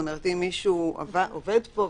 כלומר אם מישהו עובד פה,